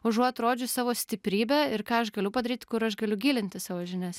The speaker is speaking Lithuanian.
užuot rodžius savo stiprybę ir ką aš galiu padaryt kur aš galiu gilinti savo žinias